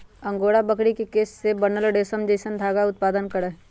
angora बकरी के केश से बनल रेशम जैसन धागा उत्पादन करहइ